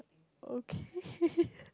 okay